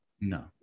No